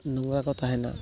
ᱱᱚᱣᱟ ᱠᱚ ᱛᱟᱦᱮᱱᱟ